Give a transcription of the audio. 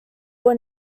were